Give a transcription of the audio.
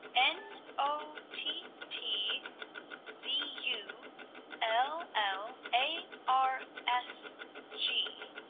n o t t z u l l a r s g.